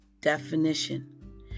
definition